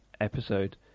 episode